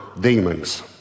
demons